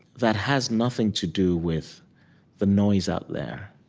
that has nothing to do with the noise out there